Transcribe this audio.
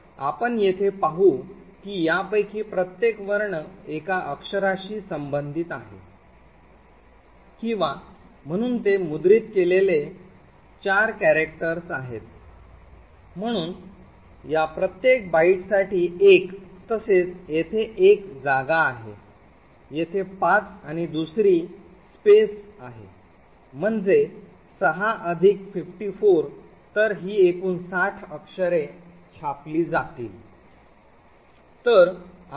तर आपण येथे पाहू की यापैकी प्रत्येक वर्ण एका अक्षराशी संबंधित आहे किंवा म्हणून ते मुद्रित केलेले 4 वर्ण आहेत म्हणून या प्रत्येक बाईटसाठी एक तसेच येथे एक जागा आहे येथे पाच आणि दुसरी जागा म्हणजे सहा अधिक 54 तर ही एकूण साठ अक्षरे छापली जातात